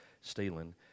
stealing